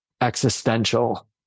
existential